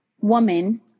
woman